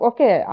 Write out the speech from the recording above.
Okay